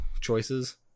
choices